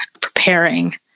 preparing